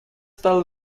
стал